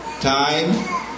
time